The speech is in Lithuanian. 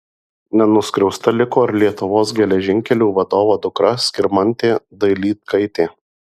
nenuskriausta liko ir lietuvos geležinkelių vadovo dukra skirmantė dailydkaitė